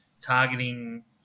targeting